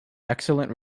excellent